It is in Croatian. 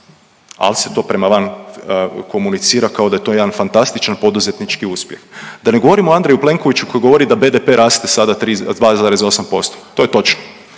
al se to prama van komunicira kao da je to jedan fantastičan poduzetnički uspjeh. Da ne govorimo o Andreju Plenkoviću koji govori da BDP raste sada 2,8%, to je točno,